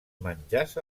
menjars